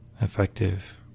effective